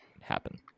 happen